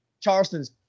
Charleston's